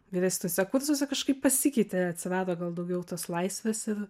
vyresniuose kursuose kažkaip pasikeitė atsirado gal daugiau tos laisvės ir